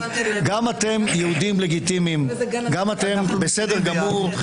-- גם אתם יהודים לגיטימיים, גם אתם בסדר גמור.